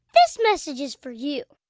this message is for you